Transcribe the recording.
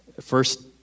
first